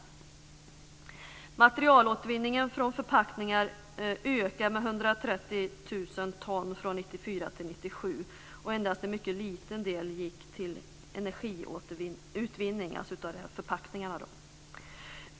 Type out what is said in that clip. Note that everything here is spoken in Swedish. Materialåtervinningen från förpackningar ökade med 130 000 ton från 1994 till 1997. Endast en mycket liten del av förpackningarna gick till energiutvinning.